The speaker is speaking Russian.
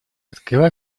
открой